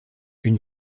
une